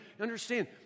understand